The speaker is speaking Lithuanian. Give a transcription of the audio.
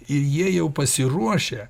ir jie jau pasiruošę